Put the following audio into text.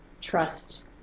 trust